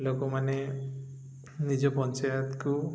ଲୋକମାନେ ନିଜ ପଞ୍ଚାୟତକୁ